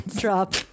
drop